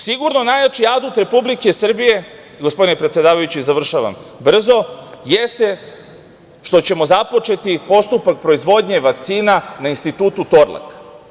Sigurno najjači adut Republike Srbije, gospodine predsedavajući, završavam brzo, jeste što ćemo započeti postupak proizvodnje vakcina na Institutu "Torlak"